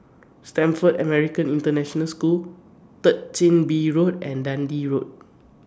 Stamford American International School Third Chin Bee Road and Dundee Road